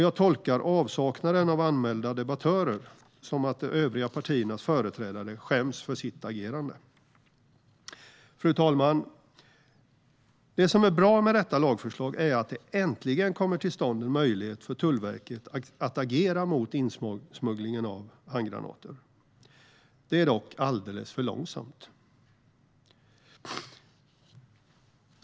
Jag tolkar avsaknaden av anmälda debattörer som att de övriga partiernas företrädare skäms för sitt agerande. Fru talman! Det som är bra med detta lagförslag är att det äntligen kommer till stånd en möjlighet för Tullverket att agera mot insmugglingen av handgranater. Det går dock alldeles för långsamt.